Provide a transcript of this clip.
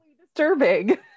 disturbing